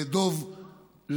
דב,